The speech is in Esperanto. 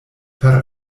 per